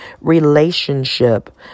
relationship